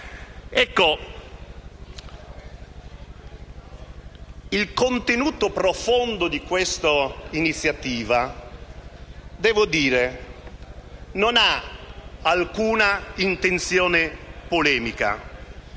Ecco, il contenuto profondo di questa iniziativa ‑ devo dire ‑ non ha alcuna intenzione polemica;